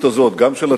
אנחנו העברנו